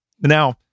now